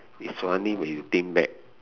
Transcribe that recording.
it's funny when you think back